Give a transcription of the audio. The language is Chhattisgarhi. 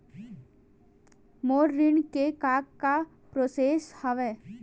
मोर ऋण के का का प्रोसेस हवय?